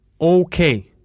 Okay